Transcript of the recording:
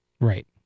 Right